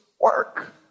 work